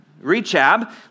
Rechab